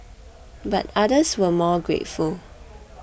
but others were more grateful